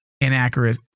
inaccurate